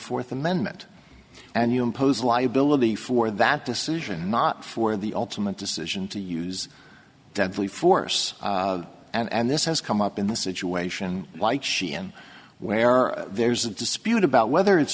fourth amendment and you impose liability for that decision not for the ultimate decision to use deadly force and this has come up in the situation like sheehan where there's a dispute about whether it's